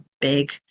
big